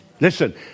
Listen